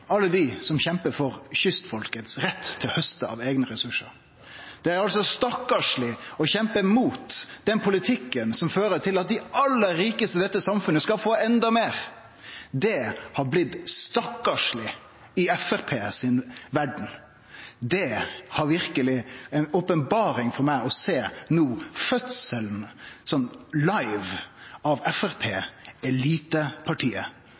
alle dei som kjempar for kystfolkets rett til å hauste av eigne ressursar, stakkarsleg. Det er altså stakkarsleg å kjempe mot den politikken som fører til at dei aller rikaste i dette samfunnet skal få enda meir. Det har blitt stakkarsleg i Framstegspartiet si verd. Det har verkeleg vore ei openberring for meg no å sjå fødselen – live – av